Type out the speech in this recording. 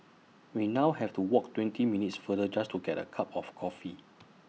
we now have to walk twenty minutes farther just to get A cup of coffee